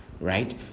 Right